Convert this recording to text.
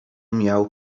miał